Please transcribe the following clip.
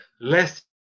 less